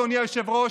אדוני היושב-ראש,